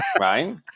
right